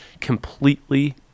completely